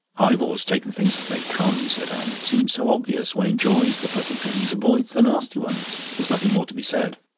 i've always taken things as they come, said anne. it seems so obvious. one enjoys the pleasant things, avoids the nasty ones. there's nothing more to be said.